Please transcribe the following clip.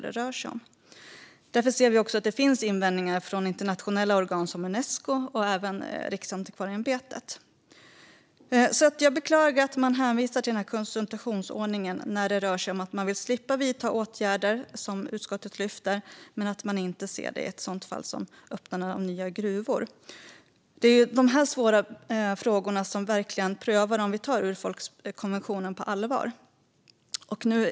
Det finns därför också invändningar från internationella organ som Unesco och även från Riksantikvarieämbetet. Jag beklagar att man bara hänvisar till konsultationsordningen när man vill slippa vidta de åtgärder som utskottet föreslår men inte när det gäller öppnandet av nya gruvor. Det är sådana här svåra frågor som verkligen prövar om vi tar urfolkskonventionen på allvar.